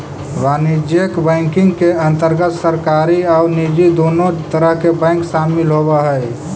वाणिज्यिक बैंकिंग के अंतर्गत सरकारी आउ निजी दुनों तरह के बैंक शामिल होवऽ हइ